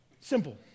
Simple